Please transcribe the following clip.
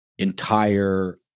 entire